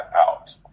out